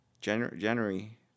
January